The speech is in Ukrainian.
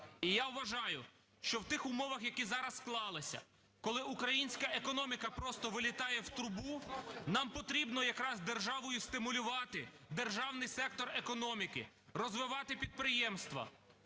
І я вважаю, що в тих умовах, які зараз склалися, коли українська економіка просто "вилітає в трубу", нам потрібно якраз державою і стимулювати державний сектор економіки, розвивати підприємства,